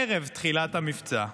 ערב תחילת המבצע,